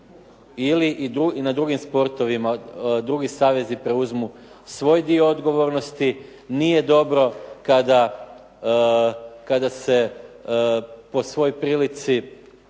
ili i na drugim sportovima, drugi savezi preuzmu svoj dio odgovornosti. Nije dobro kada se po svojoj prilici